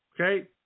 okay